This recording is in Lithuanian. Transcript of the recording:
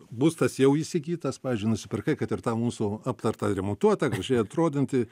būstas jau įsigytas pavyzdžiui nusipirkai kad ir tą mūsų aptartą ir remontuotą gražiai atrodantį